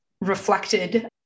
reflected